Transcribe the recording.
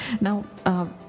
Now